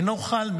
אינו חל,